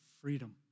freedom